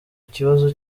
ikibazo